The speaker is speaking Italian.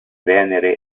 venere